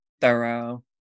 thorough